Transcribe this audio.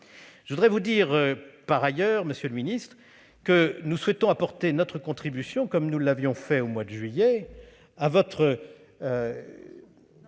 Je voudrais vous dire par ailleurs, monsieur le ministre, que nous souhaitons apporter notre contribution, comme nous l'avions fait au mois de juillet, à votre